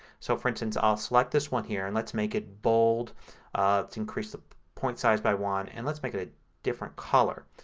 so for instance i'll select this one here and let's make it bold to increase the point size by one and let's make it a different color.